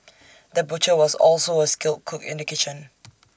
the butcher was also A skilled cook in the kitchen